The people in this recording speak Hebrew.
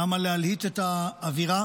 למה להלהיט את האווירה